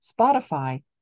Spotify